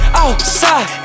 outside